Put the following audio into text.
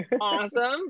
awesome